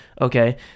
Okay